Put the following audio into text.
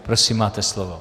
Prosím máte slovo.